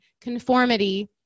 conformity